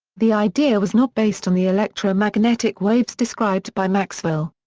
the idea was not based on the electromagnetic waves described by maxwell.